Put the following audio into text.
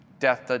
Death